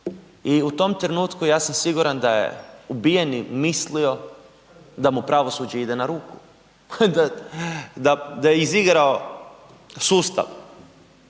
i u tom trenutku ja sam siguran da je ubijeni mislio da mu pravosuđe ide na ruku, da je izigrao sustav,